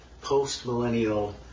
post-millennial